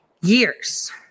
years